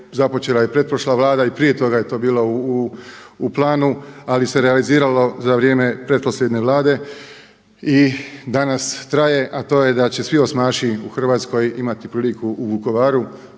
započela i pretprošla Vlada i prije toga je to bilo u planu, ali se realiziralo za vrijeme pretposljednje Vlade i danas to traje, a to je da će svi osmaši u Hrvatskoj imati priliku u Vukovaru